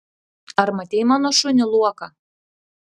ar matei mano šunį luoką